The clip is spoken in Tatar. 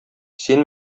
син